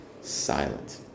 silent